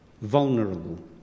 vulnerable